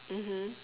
mmhmm